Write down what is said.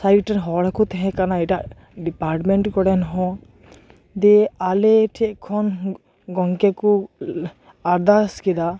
side ᱨᱮᱱ ᱦᱚᱲ ᱦᱚᱠᱚ ᱛᱟᱦᱮᱸ ᱠᱟᱱᱟ ᱮᱴᱟᱜ ᱰᱤᱯᱟᱴᱢᱮᱱᱴ ᱠᱚᱨᱮᱱ ᱦᱚᱸ ᱫᱤᱭᱮ ᱟᱞᱮ ᱴᱷᱮᱡ ᱠᱷᱚᱱ ᱜᱚᱢᱠᱮ ᱠᱚ ᱟᱨᱫᱟᱥ ᱠᱮᱫᱟ